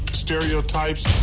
stereotypes.